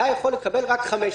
אתה יכול לקבל רק חמש.